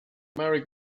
merry